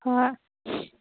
ꯍꯣꯏ